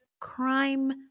crime